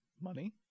money